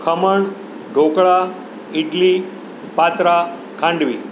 khaman dhokla idli patra ખાંડવી